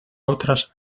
otras